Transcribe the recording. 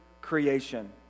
creation